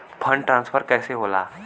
Fund transfer कैसे होला?